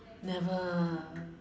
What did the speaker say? never